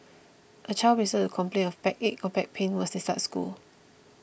a child may start to complain of backache or back pain once they start school